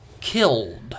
killed